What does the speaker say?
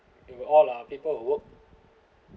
they were all are who worked